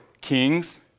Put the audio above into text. kings